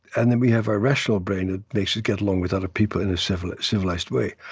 and then we have our rational brain that makes you get along with other people in a civilized civilized way.